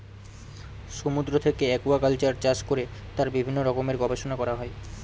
সমুদ্র থেকে একুয়াকালচার চাষ করে তার বিভিন্ন রকমের গবেষণা করা হয়